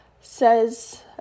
says